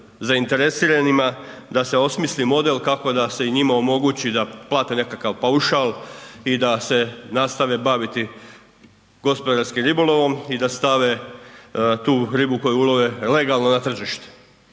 da se osmisli model kako da se i njima omogući da plate nekakav paušal i da se nastave baviti gospodarskim ribolovom i da stave tu ribu koju ulove legalno na tržište